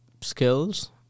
skills